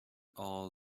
all